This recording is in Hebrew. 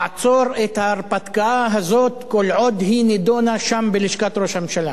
לעצור את ההרפתקה הזאת כל עוד היא נדונה שם בלשכת ראש הממשלה,